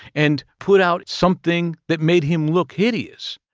and put out something that made him look hideous.